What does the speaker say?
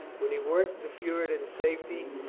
when he worked the puritans' safety,